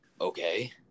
okay